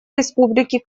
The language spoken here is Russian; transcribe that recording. республики